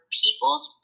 people's